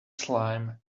slime